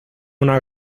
una